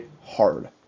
hard